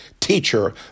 teacher